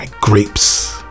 grapes